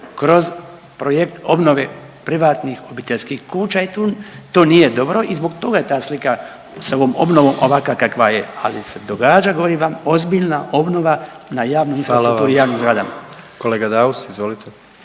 kroz projekt obnove privatnih obiteljskih kuća i tu, to nije dobro i zbog toga je ta slika s ovom obnovom ovakva kakva je, ali se događa govorim vam ozbiljna obnova na javnoj infrastrukturi…/Upadica predsjednik: Hvala vam/…i javnim